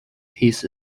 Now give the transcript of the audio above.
peace